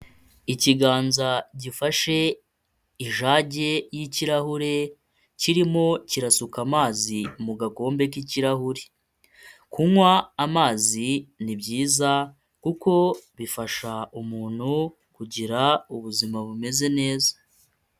Ikiganza gifashe ijage y'ikirahure kirimo kirasuka amazi mu gakombe k'ikirahure, kunywa amazi ni byiza kuko bifasha umuntu kugira ubuzima bumeze neza.